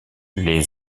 les